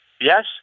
Yes